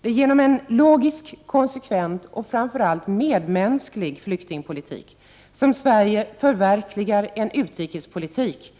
Det är genom en logisk, konsekvent och framför allt medmänsklig flyktingpolitik som Sverige förverkligar en utrikespolitik